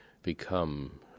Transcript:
become